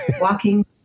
walking